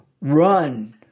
run